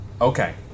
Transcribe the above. Okay